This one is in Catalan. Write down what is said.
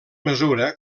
mesura